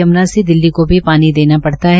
यमूना से दिल्ली को भी पानी देना पड़ता है